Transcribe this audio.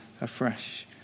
afresh